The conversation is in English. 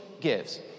gives